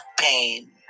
pain